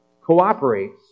cooperates